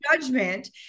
judgment